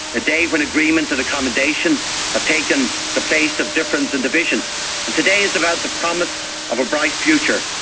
a day when agreement and accommodation have ah taken the place of difference and division. and today is about the promise of a bright future,